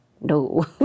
No